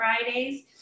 Fridays